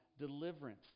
deliverance